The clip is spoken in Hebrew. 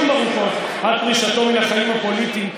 עד פרישתו מן החיים הפוליטיים,